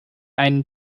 einen